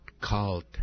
called